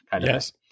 Yes